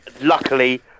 luckily